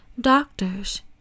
Doctors